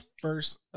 first